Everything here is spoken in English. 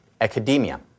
academia